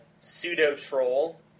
Pseudo-troll